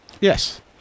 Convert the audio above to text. Yes